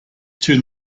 two